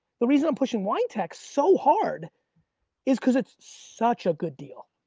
the reason i'm pushing wine text so hard is cause it's such a good deal.